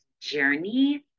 journey